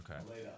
Okay